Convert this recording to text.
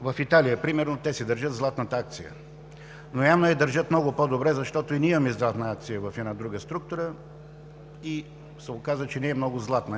В Италия примерно те си държат златната акция. Но явно я държат много по-добре, защото и ние имаме златна акция в една друга структура и се оказа, че не